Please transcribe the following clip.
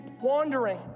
wandering